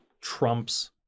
trumps